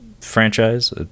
franchise